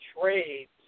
trades